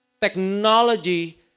Technology